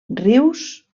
rius